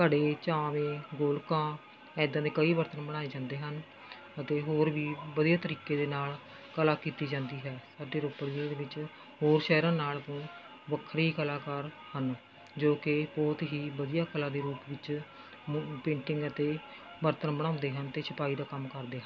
ਘੜੇ ਝਾਵੇਂ ਗੋਲਕਾਂ ਇੱਦਾਂ ਦੇ ਕਈ ਬਰਤਨ ਬਣਾਏ ਜਾਂਦੇ ਹਨ ਅਤੇ ਹੋਰ ਵੀ ਵਧੀਆ ਤਰੀਕੇ ਦੇ ਨਾਲ਼ ਕਲਾ ਕੀਤੀ ਜਾਂਦੀ ਹੈ ਅਤੇ ਰੋਪੜ ਜ਼ਿਲ੍ਹੇ ਦੇ ਵਿੱਚ ਹੋਰ ਸ਼ਹਿਰਾਂ ਨਾਲ ਤੋਂ ਵੱਖਰੇ ਹੀ ਕਲਾਕਾਰ ਹਨ ਜੋ ਕਿ ਬਹੁਤ ਹੀ ਵਧੀਆ ਕਲਾ ਦੇ ਰੂਪ ਵਿੱਚ ਪੇਂਟਿੰਗ ਅਤੇ ਬਰਤਨ ਬਣਾਉਂਦੇ ਹਨ ਅਤੇ ਛਪਾਈ ਦਾ ਕੰਮ ਕਰਦੇ ਹਨ